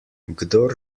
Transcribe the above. kdor